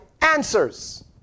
answers